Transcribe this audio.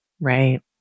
Right